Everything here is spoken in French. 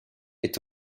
est